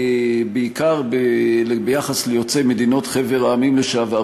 בעיקר ביחס ליוצאי חבר המדינות,